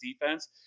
defense